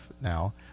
now